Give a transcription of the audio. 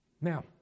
Now